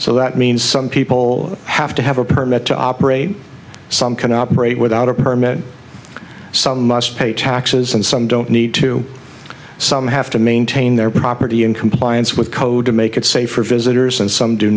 so that means some people have to have a permit to operate some can operate without a permit some must pay taxes and some don't need to some have to maintain their property in compliance with code to make it safe for visitors and some do